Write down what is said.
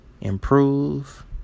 improve